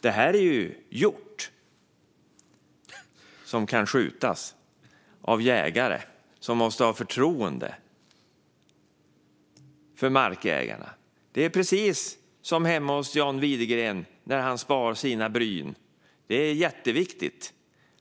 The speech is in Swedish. Det handlar om hjort som kan skjutas av jägare som måste ha förtroende för markägarna. Det är precis som när John Widegren sparar sina bryn. Det är jätteviktigt